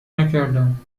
نکردم